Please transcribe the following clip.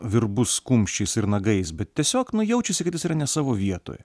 virbus kumščiais ir nagais bet tiesiog na jaučiasi kad jis yra ne savo vietoj